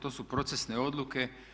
To su procesne odluke.